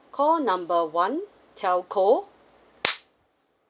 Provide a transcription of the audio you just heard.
call number one telco